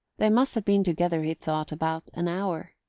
they must have been together, he thought, about an hour.